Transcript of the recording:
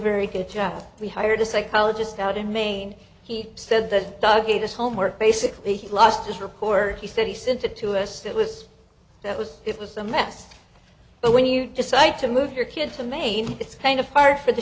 very good job we hired a psychologist out in maine he said the dog ate his homework basically he lost his report he said he sent it to us that was that was it was a mess but when you decide to move your kid to maine it's kind of hard for the